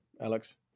Alex